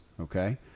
Okay